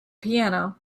piano